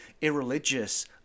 irreligious